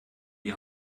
die